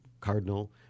cardinal